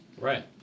right